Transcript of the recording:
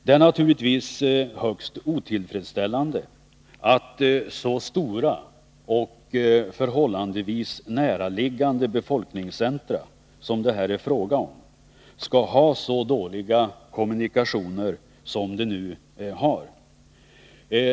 Det är naturligtvis högst otillfredsställande att så stora och förhållandevis näraliggande befolkningscentra som det här är fråga om skall ha så dåliga kommunikationer som de har f. n.